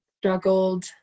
struggled